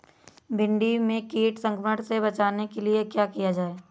भिंडी में कीट संक्रमण से बचाने के लिए क्या किया जाए?